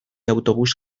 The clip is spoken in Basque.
autobus